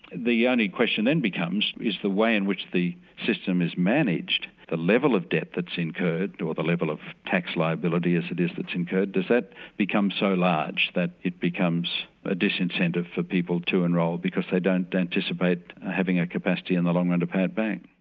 the yeah only question then becomes is the way in which the system is managed, the level of debt that's incurred, or the level of tax liability as it is that's incurred, does that become so large that it becomes a disincentive for people to enrol because they don't anticipate having a capacity in the long run to pay it back.